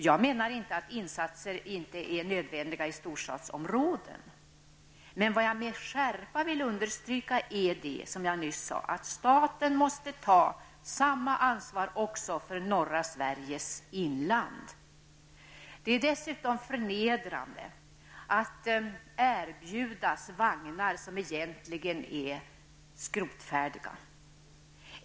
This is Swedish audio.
Jag menar inte att insatser inte är nödvändiga i storstadsområden, men vad jag med skärpa vill understryka är, som jag nyss sade, att staten måste ta samma ansvar också för norra Sveriges inland. Det är dessutom förnedrande att erbjudas vagnar som är skrotfärdiga.